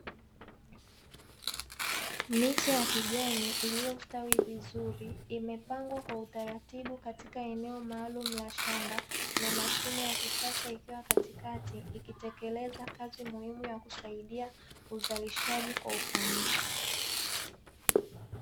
Miche ya kijani iliyostawi vizuri imepangwa kwa utaratibu katika eneo maalumu la shamba na mashine ya kisasa ikiwa katikati ikitekeleza kazi muhimu yakusaidia uzalishaji kwa ufanisi